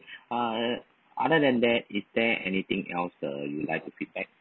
ah other than that is there anything else err you'd like to feedback